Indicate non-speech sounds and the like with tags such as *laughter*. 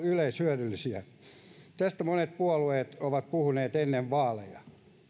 *unintelligible* yleishyödyllisiä tästä monet puolueet ovat puhuneet ennen vaaleja